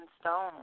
Stone